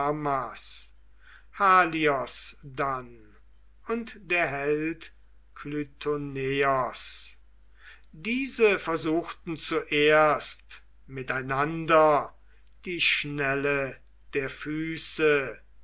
dann und der held klytoneos diese versuchten zuerst miteinander die schnelle der füße